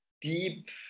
deep